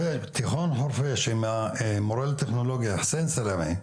תיכון חורפיש עם מורה לטכנולוגיה אחסאן סלאמה,